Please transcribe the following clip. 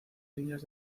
líneas